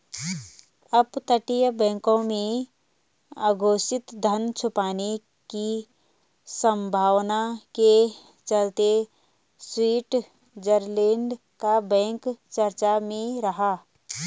अपतटीय बैंकों में अघोषित धन छुपाने की संभावना के चलते स्विट्जरलैंड का बैंक चर्चा में रहा